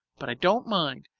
but i don't mind.